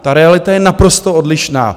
Ta realita je naprosto odlišná.